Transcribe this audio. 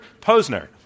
Posner